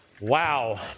Wow